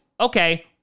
okay